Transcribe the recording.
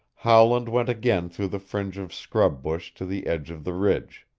howland went again through the fringe of scrub bush to the edge of the ridge.